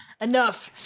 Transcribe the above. Enough